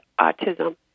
autism